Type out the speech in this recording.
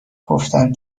گفتم